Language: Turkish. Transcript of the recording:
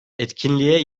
etkinliğe